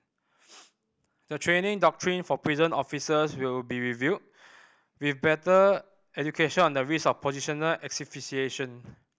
the training doctrine for prison officers will be reviewed with better education on the risk of positional asphyxiation